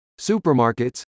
supermarkets